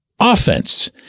offense